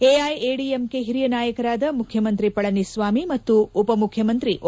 ಎಐಎಡಿಎಂಕೆ ಹಿರಿಯ ನಾಯಕರಾದ ಮುಖ್ಯಮಂತ್ರಿ ಪಳನಿಸಾಮಿ ಮತ್ತು ಉಪಮುಖ್ಯಮಂತ್ರಿ ಒ